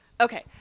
Okay